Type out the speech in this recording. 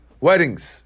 weddings